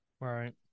Right